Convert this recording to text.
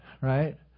right